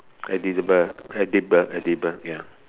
edible edible edible ya